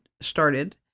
started